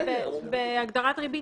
בהגדרת ריבית,